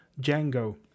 Django